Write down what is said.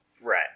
Right